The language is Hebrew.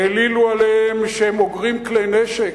העלילו עליהם שהם אוגרים כלי-נשק.